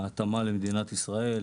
התאמה למדינת ישראל,